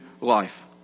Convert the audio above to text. life